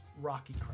rocky